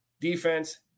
defense